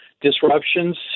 disruptions